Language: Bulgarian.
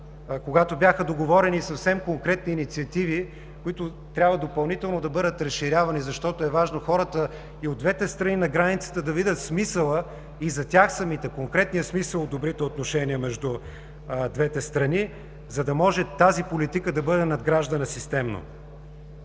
когато бяха договорени съвсем конкретни инициативи, които допълнително трябва да бъдат разширявани, защото е важно хората и от двете страни на границата да видят смисъла, конкретния смисъл от добрите отношения между двете страни, за да може тази политика да бъде системно